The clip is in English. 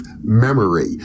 memory